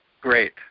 Great